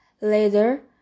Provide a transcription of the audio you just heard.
Later